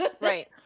right